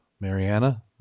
Mariana